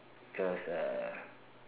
just uh